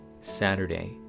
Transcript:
Saturday